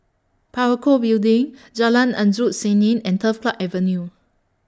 Parakou Building Jalan Endut Senin and Turf Club Avenue